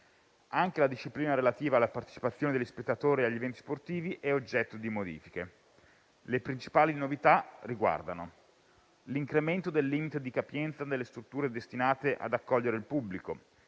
Anche la disciplina relativa alla partecipazione degli spettatori agli eventi sportivi è oggetto di modifiche. Le principali novità riguardano l'incremento del limite di capienza delle strutture destinate ad accogliere il pubblico: